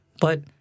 But-